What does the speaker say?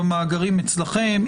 במאגרים אצלכם,